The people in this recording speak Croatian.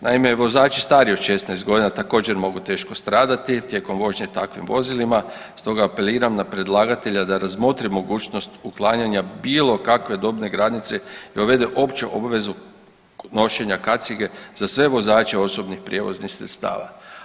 Naime, vozači stariji od 16 godina također mogu teško stradati tijekom vožnje takvim vozilima, stoga apeliram na predlagatelja da razmotri mogućnost uklanjanja bilo kakve dobne granice i uvede opću obvezu nošenja kacige za sve vozače osobnih prijevoznih sredstava.